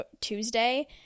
Tuesday